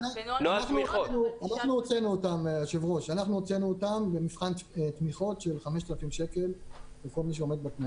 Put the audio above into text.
אנחנו הוצאנו אותם למבחן תמיכות של 5,000 שקל לכל מי שעומד בתנאים.